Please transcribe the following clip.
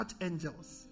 angels